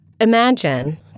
Imagine